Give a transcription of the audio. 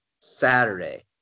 Saturday